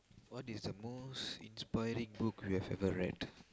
what is the most inspiring book you have ever read